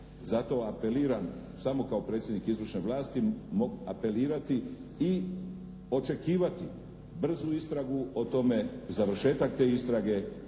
Zato apeliram samo kao predsjednik izvršne vlasti, mogu apelirati i očekivati brzu istragu o tome, završetak te istrage